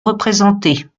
représentées